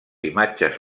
imatges